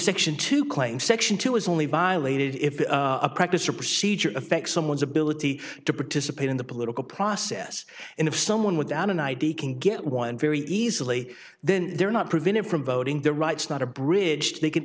section to claim section two is only by laded if a practice or procedure affect someone's ability to participate in the political process and if someone without an id can get one very easily then they're not prevented from voting their rights not a bridge they c